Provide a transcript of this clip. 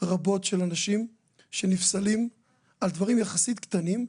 רבות של אנשים שנפסלים על דברים יחסית קטנים,